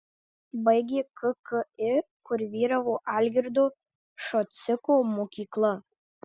baigė kki kur vyravo algirdo šociko mokykla